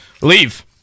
leave